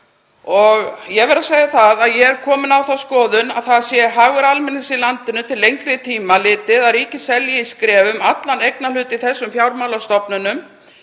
og ég verð að segja það að ég er komin á þá skoðun að það sé hagur almennings í landinu til lengri tíma litið að ríkið selji í skrefum allan eignarhluti í þessum fjármálastofnunum